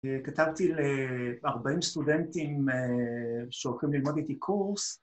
כתבתי ל- 40 סטודנטים שהולכים ללמוד איתי קורס,